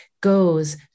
goes